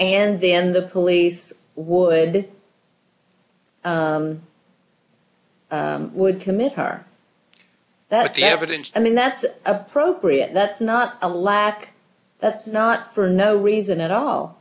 and then the police would then would commit her that the evidence i mean that's appropriate that's not a lack that's not for no reason at all